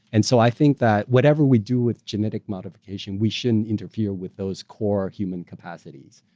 and so i think that whatever we do with genetic modification, we shouldn't interfere with those core human capacities,